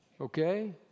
okay